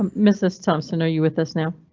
um mrs. thompson, are you with us now?